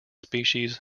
species